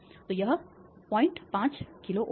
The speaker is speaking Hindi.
तो यह 05 किलोΩ है